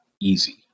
easy